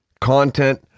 content